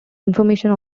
information